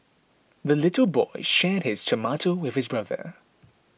the little boy shared his tomato with his brother